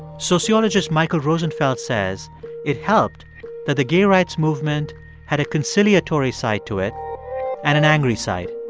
sociologist michael rosenfeld says it helped that the gay rights movement had a conciliatory side to it and an angry side.